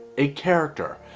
a character,